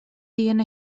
dient